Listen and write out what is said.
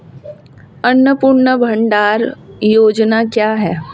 अन्नपूर्णा भंडार योजना क्या है?